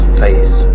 face